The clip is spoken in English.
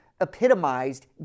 epitomized